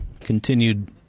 continued